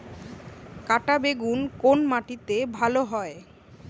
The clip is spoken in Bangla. কাঁটা বেগুন কোন মাটিতে ভালো হয়?